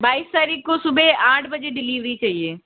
बाईस तारीख को सुबह आठ बजे डिलिवरी चाहिए